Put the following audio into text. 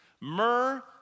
Myrrh